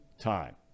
time